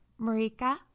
Marika